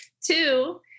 Two